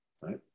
right